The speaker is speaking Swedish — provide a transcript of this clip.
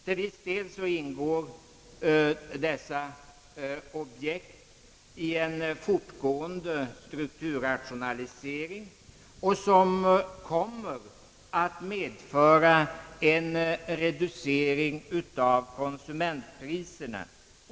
Till viss del ingår dessa objekt i en fortgående strukturrationalisering, vilken kommer att medföra en reducering av konsumentpriserna.